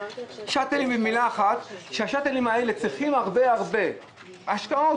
השאטלים האלה צריכים הרבה השקעות.